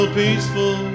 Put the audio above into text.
peaceful